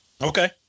Okay